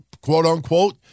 quote-unquote